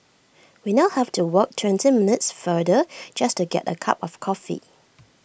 we now have to walk twenty minutes farther just to get A cup of coffee